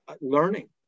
learning